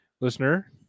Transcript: listener